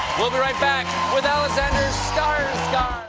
we'll be right back with alexander skarsgard.